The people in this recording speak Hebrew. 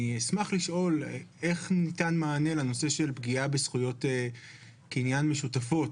אני אשמח לשאול איך ניתן מענה לנושא של פגיעה בזכויות קניין משותפות?